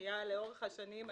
הייתה פנייה לאורך השנים.